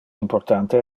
importante